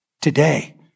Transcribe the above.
Today